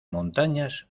montañas